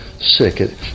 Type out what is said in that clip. sick